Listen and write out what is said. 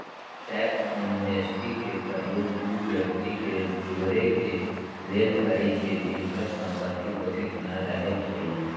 tax amnesty के प्रयोग उ व्यक्ति के जोरेके लेल करइछि जिनकर संपत्ति घोषित न रहै छइ